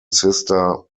sister